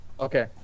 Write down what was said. Okay